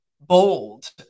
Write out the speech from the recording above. bold